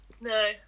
no